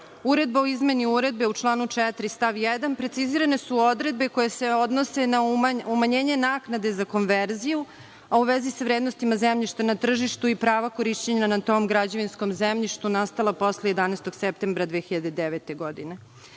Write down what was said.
uredba o izmeni uredbe u članu 4. stav 1, precizirane su odredbe koje se odnose na umanjenje naknade za konverziju, a u vezi sa vrednostima zemljišta na tržištu i prava korišćenja na tom građevinskom zemljištu nastala posle 11. septembra 2009. godine. Lice